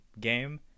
game